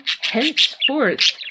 henceforth